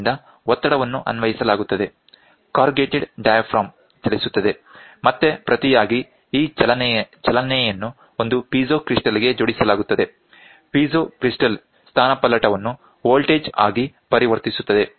ಆದ್ದರಿಂದ ಒತ್ತಡವನ್ನು ಅನ್ವಯಿಸಲಾಗುತ್ತದೆ ಕಾರ್ರುಗೇಟೆಡ್ ಡಯಾಫ್ರಾಮ್ ಚಲಿಸುತ್ತದೆ ಮತ್ತೆ ಪ್ರತಿಯಾಗಿ ಈ ಚಲನೆ ಯನ್ನು ಒಂದು ಪೀಜೋ ಕ್ರಿಸ್ಟಲ್ ಗೆ ಜೋಡಿಸಲಾಗುತ್ತದೆ ಪೀಜೋ ಕ್ರಿಸ್ಟಲ್ ಸ್ಥಾನಪಲ್ಲಟವನ್ನು ವೋಲ್ಟೇಜ್ ಆಗಿ ಪರಿವರ್ತಿಸುತ್ತದೆ